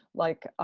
like,